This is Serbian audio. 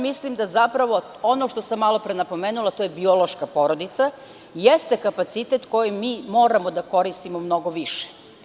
Mislim da zapravo, ono što sam malopre napomenula, to je biološka porodica jeste kapacitet koji mi moramo da koristimo mnogo više.